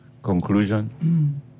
Conclusion